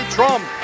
Trump